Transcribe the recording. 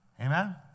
Amen